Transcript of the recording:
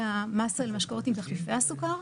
לגבי המס על המשקאות עם תחליפי הסוכר,